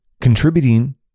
contributing